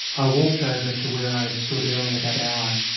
i walked over to where i had stood earlier that hour.